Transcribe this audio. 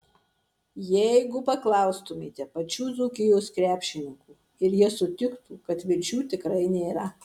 jeigu paklaustumėte pačių dzūkijos krepšininkų ir jie sutiktų kad vilčių tikrai nėra